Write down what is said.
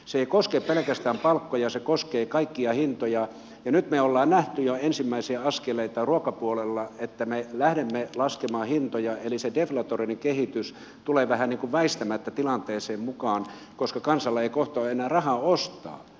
se ei koske pelkästään palkkoja se koskee kaikkia hintoja ja nyt me olemme nähneet jo ensimmäisiä askeleita ruokapuolella että me lähdemme laskemaan hintoja eli se deflatorinen kehitys tulee vähän väistämättä tilanteeseen mukaan koska kansalla ei kohta ole enää rahaa ostaa